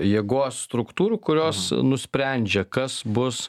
jėgos struktūrų kurios nusprendžia kas bus